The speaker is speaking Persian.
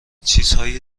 چیزهای